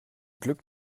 glück